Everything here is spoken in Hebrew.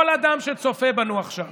כל אדם שצופה בנו עכשיו